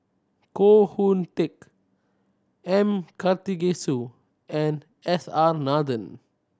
Koh Hoon Teck M Karthigesu and S R Nathan